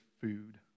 food